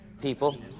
people